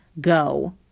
go